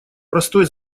простой